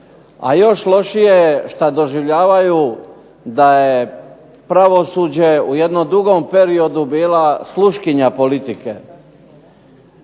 a još lošije što doživljavaju da je pravosuđe u jednom dugom periodu bila sluškinja politike.